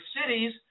cities